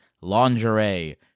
lingerie